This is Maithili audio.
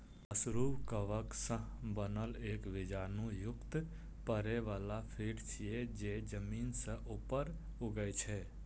मशरूम कवक सं बनल एक बीजाणु युक्त फरै बला पिंड छियै, जे जमीन सं ऊपर उगै छै